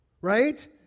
right